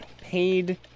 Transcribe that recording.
paid